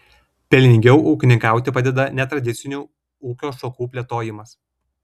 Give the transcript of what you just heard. pelningiau ūkininkauti padeda netradicinių ūkio šakų plėtojimas